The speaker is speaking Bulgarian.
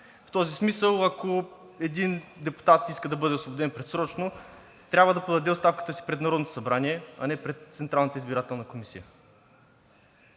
В този смисъл, ако един депутат иска да бъде освободен предсрочно, трябва да подаде оставката си пред Народното събрание, а не пред Централната избирателна комисия.